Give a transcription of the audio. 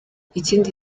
ikindi